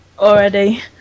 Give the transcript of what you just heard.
already